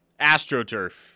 AstroTurf